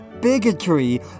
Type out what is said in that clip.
bigotry